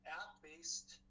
app-based